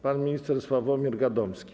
Pan minister Sławomir Gadomski.